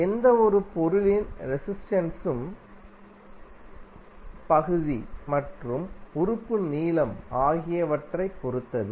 எந்தவொரு பொருளின் ரெசிஸ்டென்ஸும் பகுதி மற்றும் உறுப்பு நீளம் ஆகியவற்றைப் பொறுத்தது